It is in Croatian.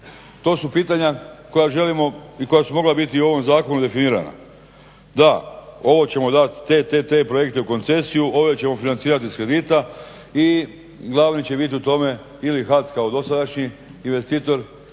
To su pitanja koja želimo i koja su mogla biti u ovom zakonu definirana. Da ovo ćemo dat te projekte u koncesiju, ove ćemo financirati iz kredita i glavni će biti u tome ili HAC kao dosadašnji investitor